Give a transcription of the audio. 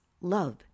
love